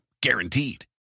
Guaranteed